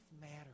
matters